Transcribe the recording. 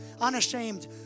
Unashamed